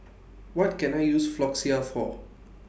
What Can I use Floxia For